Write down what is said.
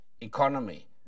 economy